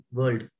world